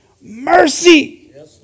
mercy